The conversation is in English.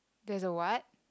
there's a what